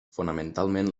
fonamentalment